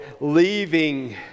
leaving